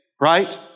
right